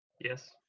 Yes